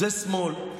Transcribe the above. זה שמאל,